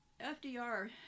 FDR